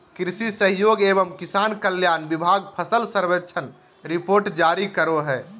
कृषि सहयोग एवं किसान कल्याण विभाग फसल सर्वेक्षण रिपोर्ट जारी करो हय